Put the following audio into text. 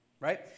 Right